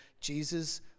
Jesus